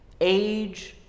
age